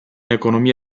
economia